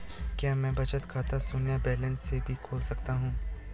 क्या मैं बचत खाता शून्य बैलेंस से भी खोल सकता हूँ?